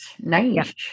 Nice